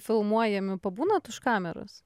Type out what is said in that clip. filmuojami pabūnat už kameros